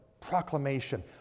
proclamation